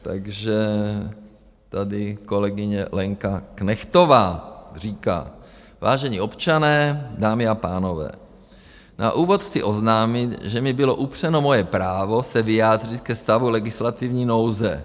Takže tady kolegyně Lenka Knechtová říká: Vážení občané, dámy a pánové, na úvod chci oznámit, že mi bylo upřeno moje právo se vyjádřit ke stavu legislativní nouze.